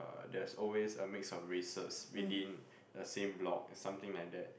uh there is always a mix of races within the same block something like that